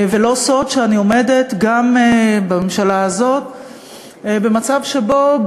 ולא סוד שאני עומדת גם בממשלה הזאת במצב שבו,